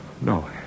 No